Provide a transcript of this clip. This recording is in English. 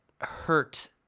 hurt